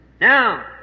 Now